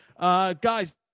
Guys